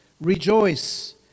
Rejoice